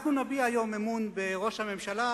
אנחנו נביע היום אמון בראש הממשלה,